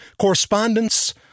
correspondence